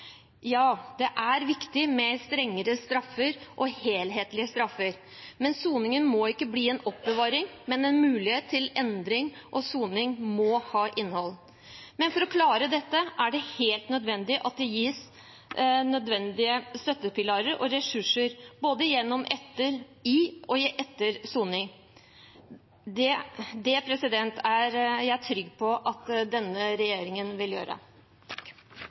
Ja, det er viktig med strengere og helhetlige straffer, men soningen må ikke bli en oppbevaring, men en mulighet til endring, og soningen må ha innhold. For å klare dette er det helt nødvendig at de gis de nødvendige støttepilarer og ressurser, både gjennom soningen og etter soningen. Det er jeg trygg på at denne regjeringen vil gjøre.